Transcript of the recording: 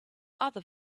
other